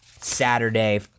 Saturday